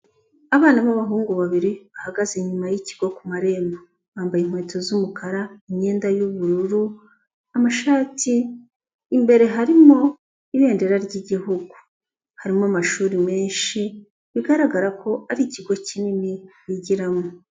Abana b'abahungu babiri bahagaze inyuma y'ikigo ku marembo, bambaye inkweto z'umukara, imyenda y'ubururu, amashati, imbere harimo ibendera ry'igihugu harimo amashuri menshi bigaragara ko ari ikigo kinini bigiramo.